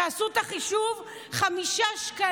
תעשו את החישוב, 5 שקלים.